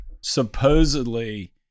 Supposedly